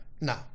No